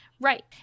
Right